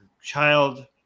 child